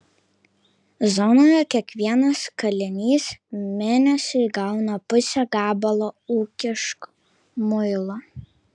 zonoje kiekvienas kalinys mėnesiui gauna pusę gabalo ūkiško muilo